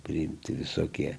priimti visokie